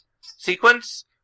sequence